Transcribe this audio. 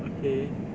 okay